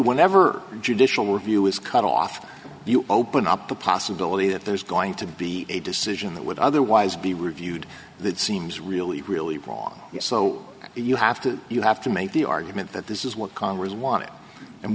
whenever judicial review is cut off you open up the possibility that there's going to be a decision that would otherwise be reviewed that seems really really wrong so you have to you have to make the argument that this is what congress wan